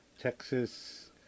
texas